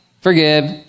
forgive